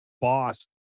boss